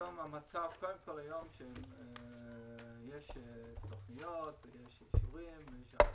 היום יש תוכניות, יש אישורים, יש הכול,